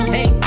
Hey